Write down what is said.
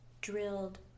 drilled